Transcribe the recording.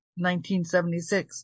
1976